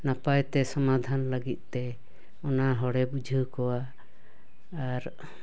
ᱱᱟᱯᱟᱭᱛᱮ ᱥᱚᱢᱟᱫᱷᱟᱱ ᱞᱟᱹᱜᱤᱫ ᱛᱮ ᱚᱱᱟ ᱦᱚᱲᱮ ᱵᱩᱡᱷᱟᱹᱣ ᱠᱚᱣᱟ ᱟᱨ